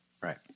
Right